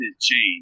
change